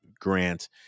Grant